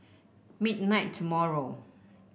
midnight tomorrow